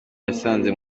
yasanze